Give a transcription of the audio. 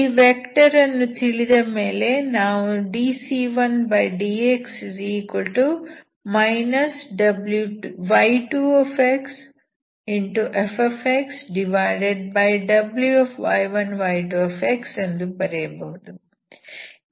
ಈ ವೆಕ್ಟರ್ ಅನ್ನು ತಿಳಿದ ಮೇಲೆ ನಾವು dc1dx y2fWy1y2 ಎಂದು ಬರೆಯಬಹುದು